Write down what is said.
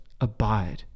abide